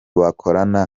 bakorana